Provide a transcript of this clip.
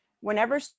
whenever